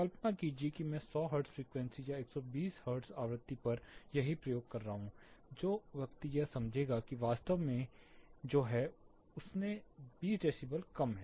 कल्पना कीजिए कि मैं 100 हर्ट्ज फ्रीक्वेंसी या 120 हर्ट्ज आवृत्ति पर यही प्रयोग कर रहा हूं जो व्यक्ति यह समझेगा कि वह वास्तव में जो है उससे 20 डेसीबल कम है